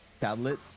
tablet